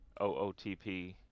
OOTP